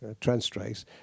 TransTrace